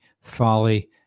Folly